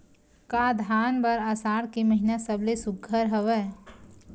का धान बर आषाढ़ के महिना सबले सुघ्घर हवय?